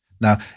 Now